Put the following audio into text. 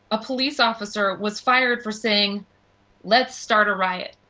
a police officer was fired for saying let's start a riot.